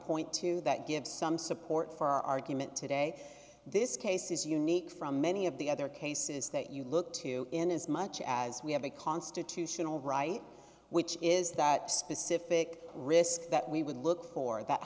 point to that gives some support for our argument today this case is unique from many of the other cases that you look to in as much as we have a constitutional right which is that specific risk that we would look for that